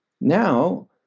Now